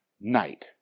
night